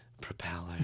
Propeller